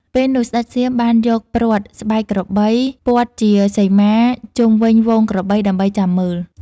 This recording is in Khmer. ពេលនោះ ស្ដេចសៀមបានយកព្រ័ត្រស្បែកក្របីព័ទ្ធជាសីមាជុំវិញហ្វូងក្របីដើម្បីចាំមើល។